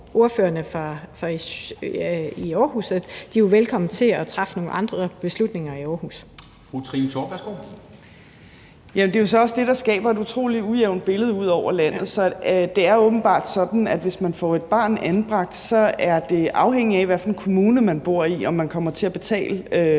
beslutninger i Aarhus. Kl. 10:38 Formanden (Henrik Dam Kristensen): Fru Trine Torp, værsgo. Kl. 10:38 Trine Torp (SF): Men det er så også det, der skaber et utrolig ujævnt billede ud over landet. Så det er åbenbart sådan, at hvis man får et barn anbragt, er det afhængig af, hvilken kommune man bor i, om man kommer til at betale